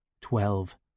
Twelve